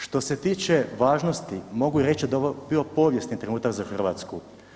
Što se tiče važnosti, mogu reći da je ovo bio povijesni trenutak za Hrvatsku.